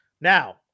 Now